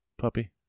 puppy